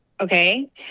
Okay